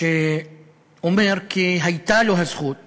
שאומר כי הייתה לו הזכות